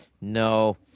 No